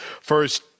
first